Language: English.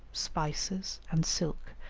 spices, and silk,